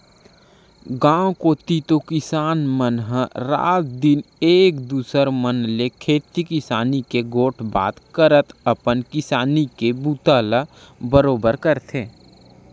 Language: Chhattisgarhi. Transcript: गाँव कोती तो किसान मन ह रात दिन एक दूसर मन ले खेती किसानी के गोठ बात करत अपन किसानी के बूता ला बरोबर करथे